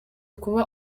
kuba